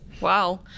Wow